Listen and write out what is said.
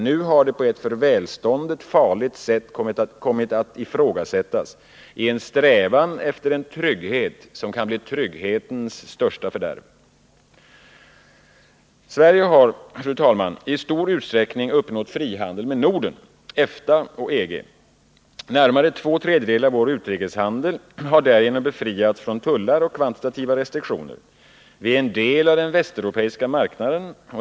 Nu har det på ett för välståndet farligt sätt kommit att ifrågasättas i en strävan efter en trygghet som kan bli trygghetens största fördärv. Sverige har, fru talman, i stor utsträckning uppnått frihandel med Norden, EFTA och EG. Närmare två tredjedelar av vår utrikeshandel har därigenom befriats från tullar och kvantitativa restriktioner. Vi är en del av den västeuropeiska marknaden.